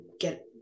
get